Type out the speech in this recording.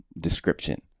description